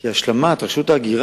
כי השלמת התפקיד של רשות ההגירה